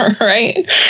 Right